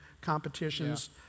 competitions